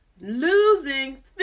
losing